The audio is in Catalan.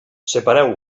separeu